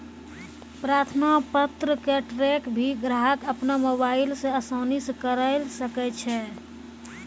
प्रार्थना पत्र क ट्रैक भी ग्राहक अपनो मोबाइल स आसानी स करअ सकै छै